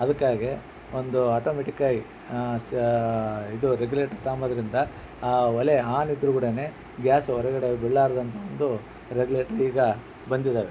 ಅದಕ್ಕಾಗೇ ಒಂದು ಆಟೋಮ್ಯಾಟಿಕ್ಕಾಗಿ ಇದು ರೆಗ್ಯುಲೇಟರ್ ತಾಂಬದ್ರಿಂದ ಆ ಒಲೆ ಆನ್ ಇದ್ರೂ ಕೂಡ ಗ್ಯಾಸು ಹೊರಗಡೆ ಬಿಡಲಾರ್ದಂಥ ಒಂದು ರೆಗ್ಯುಲೇಟರ್ ಈಗ ಬಂದಿದ್ದಾವೆ